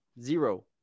Zero